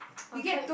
I tried